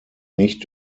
nicht